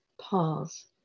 pause